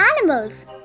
animals